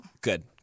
Good